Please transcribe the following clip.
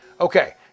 Okay